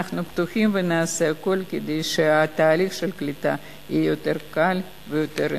אנחנו פתוחים ונעשה הכול כדי שתהליך הקליטה יהיה יותר קל ויותר אנושי.